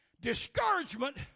Discouragement